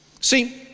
See